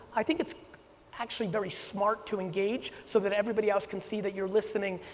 i think it's actually very smart to engage, so that everybody else can see that you're listening,